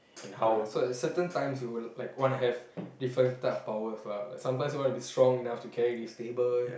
so at certain times you will wanna have different type of power lah like sometimes you wanna be strong enough to carry this table